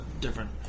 different